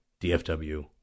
DFW